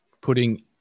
putting